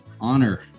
honor